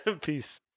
Peace